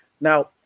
Now